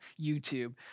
YouTube